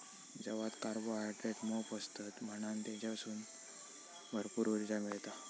जवात कार्बोहायड्रेट मोप असतत म्हणान तेच्यासून भरपूर उर्जा मिळता